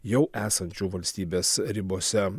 jau esančių valstybės ribose